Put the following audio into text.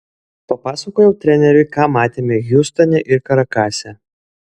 papasakojau treneriui ką matėme hjustone ir karakase